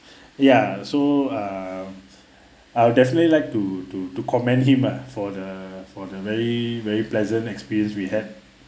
ya so um uh I would definitely like to to to comment him lah for the for the very very pleasant experience we had